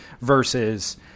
versus